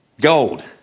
Gold